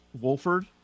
Wolford